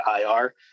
IR